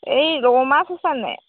এই ৰৌ মাছ আছেনে নাই